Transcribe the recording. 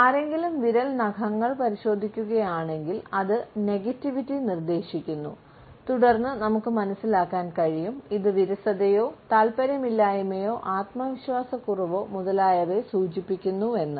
ആരെങ്കിലും വിരൽനഖങ്ങൾ പരിശോധിക്കുകയാണെങ്കിൽ അത് നെഗറ്റീവിറ്റി നിർദ്ദേശിക്കുന്നു തുടർന്ന് നമുക്ക് മനസിലാക്കാൻ കഴിയും ഇത് വിരസതയോ താൽപ്പര്യമില്ലായ്മയോ ആത്മവിശ്വാസക്കുറവോ മുതലായവ സൂചിപ്പിക്കുന്നു എന്ന്